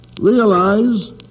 realize